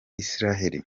israel